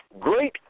great